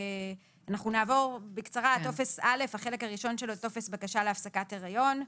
אנחנו נעבור בקצרה על החלק הראשון של טופס בקשה להפסקת היריון,